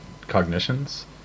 cognitions